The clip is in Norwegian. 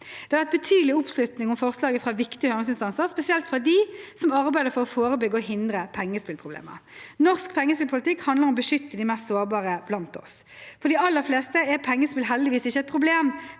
Det har vært betydelig oppslutning om forslaget fra viktige høringsinstanser, spesielt fra de som arbeider for å forebygge og hindre pengespillproblemer. Norges pengespillpolitikk handler om å beskytte de mest sårbare blant oss. For de aller fleste er pengespill heldigvis ikke et problem,